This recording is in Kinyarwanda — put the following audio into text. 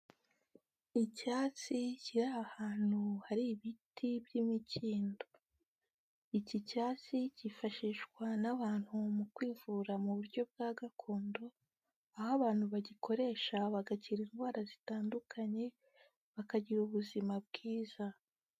Icyatsi kiri aha ahantu hari ibiti by'imikindo. Iki cyatsi kifashishwa n'abantu mu kwivura mu buryo bwa gakondo, aho abantu bagikoresha bagakira indwara zitandukanye, bakagira ubuzima bwiza.